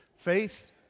Faith